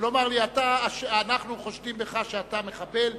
ולומר לי: אנחנו חושדים שאתה מחבל,